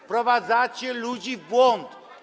Wprowadzacie ludzi w błąd.